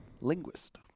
Linguist